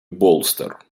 bolster